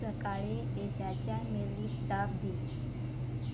सकाळीं यशाच्या मेलीक जाप दी